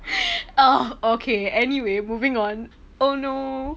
ugh okay anyway moving on oh no